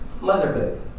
motherhood